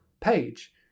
page